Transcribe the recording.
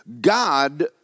God